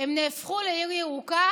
הם נהפכו לעיר ירוקה